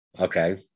Okay